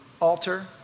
altar